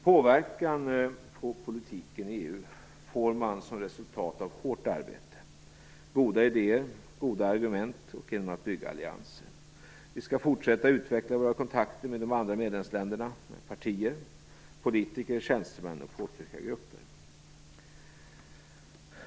Påverkan på politiken i EU får man som resultat av hårt arbete, goda idéer, goda argument och genom att bygga allianser. Vi skall fortsätta att utveckla våra kontakter med de andra medlemsländerna - med partier, politiker, tjänstemän och påtryckargrupper.